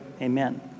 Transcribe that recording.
Amen